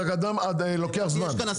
לוקח זמן,